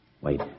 Wait